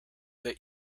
that